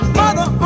mother